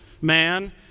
man